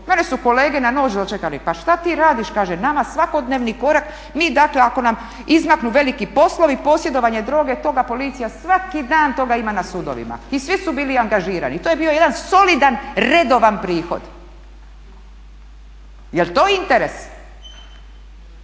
Mene su kolege na nož dočekali, pa šta ti radiš kaže, nama svakodnevni korak, mi dakle ako nam izmaknu veliki poslovi, posjedovanje droga i toga, policija svaki dan toga ima na sudovima i svi su bili angažirani i to je bio jedan solidan redovan prihod. Je l to interes?